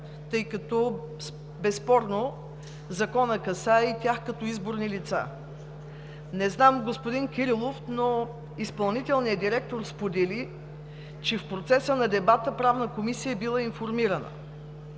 тъй като Законът безспорно касае и тях като изборни лица? Не знам за господин Кирилов, но изпълнителният директор сподели, че в процеса на дебата Правната комисия е била информирана